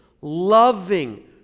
loving